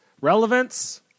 Relevance